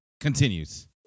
continues